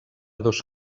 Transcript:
dos